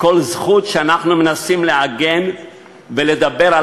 כל זכות שאנחנו מנסים לעגן ולדבר על